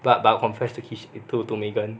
but but confess to keep it to to megan